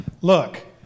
Look